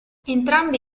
entrambi